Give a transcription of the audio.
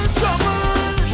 trouble